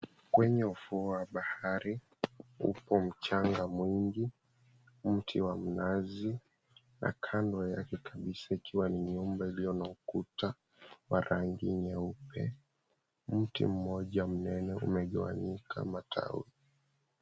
Kwenye ufuo wa bahari, upo mchanga mwingi, mti wa mnazi, na kando yake kabisa ikiwa ni nyumba iliyo na ukuta wa rangi nyeupe, mti mmoja mnene umegawanyika matawi.